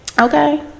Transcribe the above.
Okay